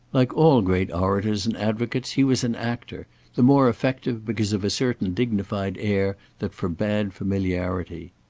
like all great orators and advocates, he was an actor the more effective because of a certain dignified air that forbade familiarity.